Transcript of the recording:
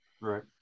Right